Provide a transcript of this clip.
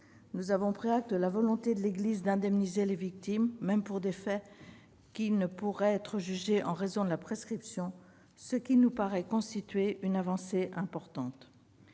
Nous avons pris acte de la volonté de l'Église d'indemniser les victimes, même pour des faits qui ne pourraient être jugés en raison de la prescription, ce qui nous paraît constituer une avancée importante.